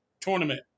tournament